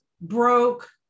broke